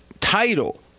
title